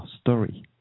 story